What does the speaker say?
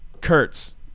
Kurtz